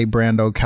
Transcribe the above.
Brando